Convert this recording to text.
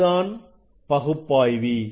இதுதான் பகுப்பாய்வி